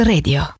Radio